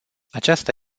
aceasta